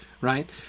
right